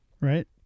Right